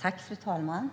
Fru talman!